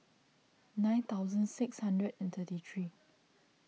nine thousand six hundred and thirty three